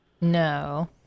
No